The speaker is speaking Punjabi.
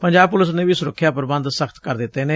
ਪੰਜਾਬ ਪੁਲਿਸ ਨੇ ਵੀ ਸੁਰੱਖਿਆ ਪ੍ਰਬੰਧ ਸਖ਼ਤ ਕਰ ਦਿੱਤੇ ਨੇ